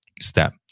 step